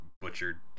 butchered